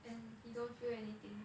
and he don't feel anything